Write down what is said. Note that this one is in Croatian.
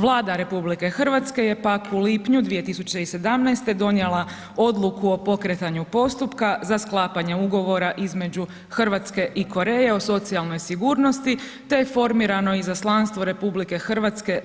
Vlada RH je pak u lipnju 2017. donijela odluku o pokretanju postupka za sklapanje ugovora između Hrvatske i Koreje o socijalnoj sigurnosti te je formirano izaslanstvo RH